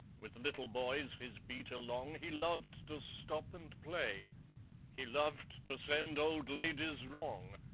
with little boys his beat along he loved to stop and play he loved to send old ladies wrong,